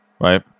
right